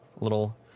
little